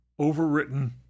overwritten